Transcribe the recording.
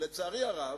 לצערי הרב,